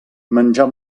menjar